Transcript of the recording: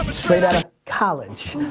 straight outta college